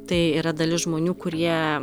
tai yra dalis žmonių kurie